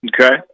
Okay